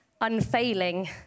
unfailing